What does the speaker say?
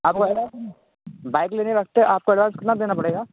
आपको बाइक लेने व्यक्त आपको अएडवांस कितना देना पड़ेगा